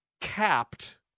capped